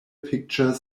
picture